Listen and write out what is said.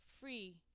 free